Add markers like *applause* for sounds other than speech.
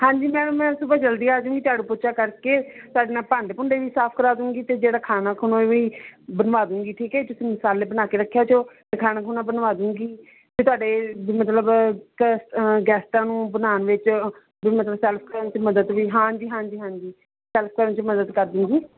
ਹਾਂਜੀ ਮੈਮ ਮੈਂ ਸੁਭਾ ਜਲਦੀ ਆ ਜੂੰਗੀ ਝਾੜੂ ਪੋਚਾ ਕਰਕੇ ਤੁਹਾਡੇ ਨਾਲ ਭਾਂਡੇ ਭੁੰਡੇ ਵੀ ਸਾਫ ਕਰਾ ਦੂੰਗੀ ਅਤੇ ਜਿਹੜਾ ਖਾਣਾ ਖੁਣਾ ਉਹ ਵੀ ਬਣਵਾ ਦੂੰਗੀ ਠੀਕ ਹੈ ਤੁਸੀਂ ਮਸਾਲੇ ਬਣਾ ਕੇ ਰੱਖਿਆ ਜੋ ਅਤੇ ਖਾਣਾ ਖੁਣਾ ਬਣਵਾ ਦੂੰਗੀ ਅਤੇ ਤੁਹਾਡੇ ਮਤਲਬ *unintelligible* ਗੈਸਟਾਂ ਨੂੰ ਬਣਾਉਣ ਵਿੱਚ ਵੀ ਮਤਲਬ ਸਰਵ *unintelligible* ਮਦਦ ਵੀ ਹਾਂਜੀ ਹਾਂਜੀ ਹਾਂਜੀ ਸਰਵ ਕਰਨ 'ਚ ਮਦਦ ਕਰ ਦੂੰਗੀ